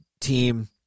team